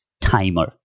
Timer